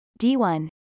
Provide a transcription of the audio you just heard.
D1